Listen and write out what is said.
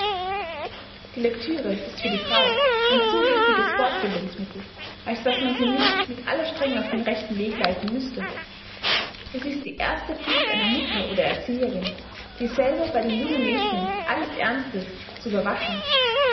die lecture ist für die frau ein zu wichtiges fortbildungsmittel als daß man sie nicht mit aller strenge auf den rechten weg leiten müßte es ist die erste pflicht einer mutter oder erzieherin dieselbe bei dem jungen mädchen alles ernstes zu überwachen